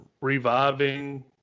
reviving